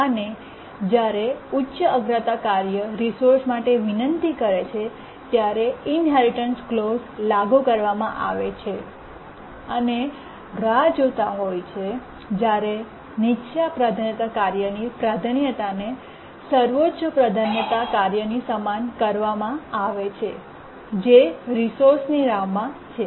અને જ્યારે ઉચ્ચ અગ્રતા કાર્ય રિસોર્સ માટે વિનંતી કરે છે ત્યારે ઇન્હેરિટન્સ ક્લૉઝ લાગુ કરવામાં આવે છે અને રાહ જોતા હોય છે જ્યારે નીચા પ્રાધાન્યતા કાર્યની પ્રાધાન્યતા તે સર્વોચ્ચ પ્રાધાન્યતા કાર્યની સમાન કરવામાં આવે છે જે રિસોર્સની રાહમાં છે